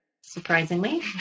surprisingly